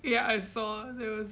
ya I saw there was